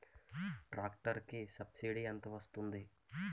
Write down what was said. Tractor కి subsidy ఎంత వస్తుంది?